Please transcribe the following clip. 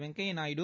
Venkaiah Naidu